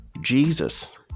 Jesus